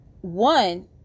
One